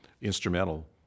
instrumental